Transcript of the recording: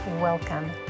Welcome